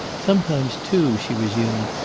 sometimes, too, she resumed,